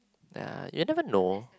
ya you will never know